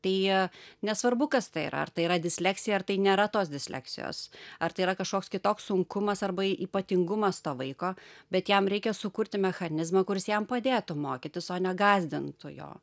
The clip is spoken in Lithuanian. tai nesvarbu kas tai yra ar tai yra disleksija ar tai nėra tos disleksijos ar tai yra kažkoks kitoks sunkumas arba ypatingumas to vaiko bet jam reikia sukurti mechanizmą kuris jam padėtų mokytis o ne gąsdintų jo